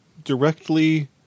Directly